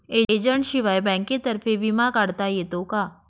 एजंटशिवाय बँकेतर्फे विमा काढता येतो का?